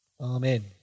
Amen